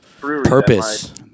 purpose